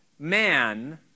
man